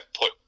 put